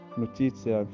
notizia